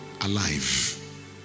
alive